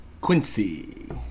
Quincy